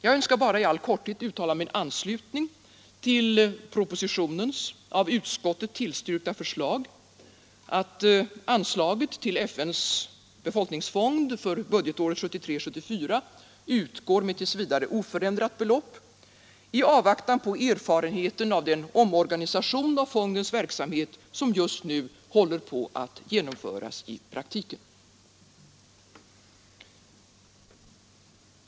Jag önskar endast i all korthet uttala min anslutning till propositionens av utskottet tillstyrkta förslag att anslaget till FN:s befolkningsfond för budgetåret 1973/74 utgår med tills vidare oförändrat belopp i avvaktan på erfarenheten av den omorganisation av fondens verksamhet som just nu håller på att genomföras i praktiken.